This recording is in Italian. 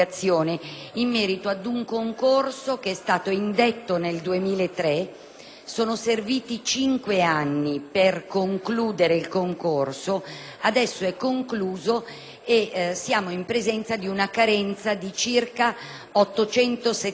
Sono serviti cinque anni per concluderlo; adesso è concluso e siamo in presenza di una carenza di circa 870 educatori carcerari. Ho visitato personalmente alcune carceri